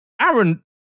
Aaron